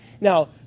Now